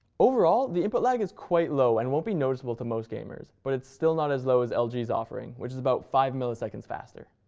overall the input lag is quite low and won't be noticeable to most gamers, but it's still not as low as as lg's offering, which is about five ms like and faster.